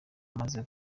amaze